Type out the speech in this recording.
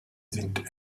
sind